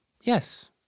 Yes